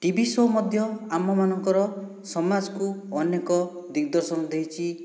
TV show ମଧ୍ୟ ଆମମାନଙ୍କର ସମାଜକୁ ଅନେକ ଦିଗ୍ଦର୍ଶନ ଦେଇଛି